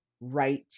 right